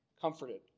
comforted